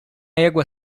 égua